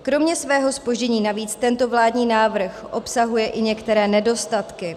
Kromě svého zpoždění navíc tento vládní návrh obsahuje i některé nedostatky.